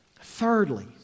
Thirdly